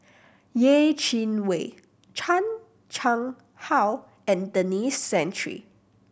Yeh Chi Wei Chan Chang How and Denis Santry